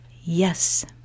Yes